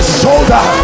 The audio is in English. shoulder